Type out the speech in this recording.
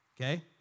Okay